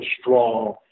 strong